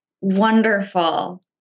Wonderful